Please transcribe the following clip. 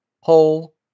whole